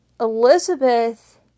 Elizabeth